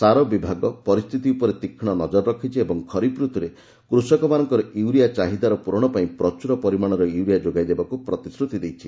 ସାର ବିଭାଗ ପରିସ୍ଥିତି ଉପରେ ତୀକ୍ଷ୍ମ ନଜର ରଖିଛି ଓ ଖରିଫ୍ ଋତୁରେ କୃଷକମାନଙ୍କର ୟୁରିଆ ଚାହିଦାର ପୂରଣ ପାଇଁ ପ୍ରଚୁର ପରିମାଣର ୟୁରିଆ ଯୋଗାଇବାକୁ ପ୍ରତିଶ୍ରୁତି ଦେଇଛି